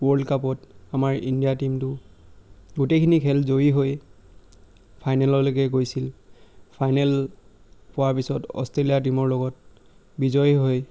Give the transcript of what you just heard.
world কাপত আমাৰ ইণ্ডিয়াৰ টীমটো গোটেইখিনি খেল জয়ী হৈ ফাইনেললৈকে গৈছিল ফাইনেল পোৱাৰ পিছত অষ্ট্ৰেলিয়া টীমৰ লগত বিজয়ী হৈ